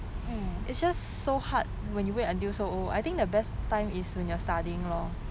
mm